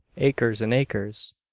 acres and acres,